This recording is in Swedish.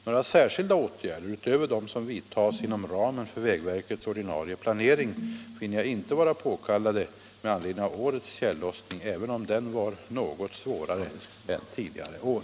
Några särskilda åtgärder utöver dem som vidtas inom ramen för vägverkets ordinarie planering finner jag inte vara påkallade med anledning av årets tjällossning, även om den var något svårare än tidigare år.